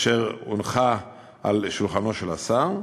והונחה על שולחנו של השר,